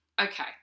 Okay